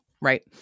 right